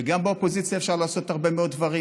וגם מהאופוזיציה אפשר לעשות הרבה מאוד דברים.